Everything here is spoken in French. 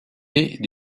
est